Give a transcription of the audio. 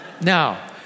Now